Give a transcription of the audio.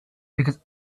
because